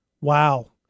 wow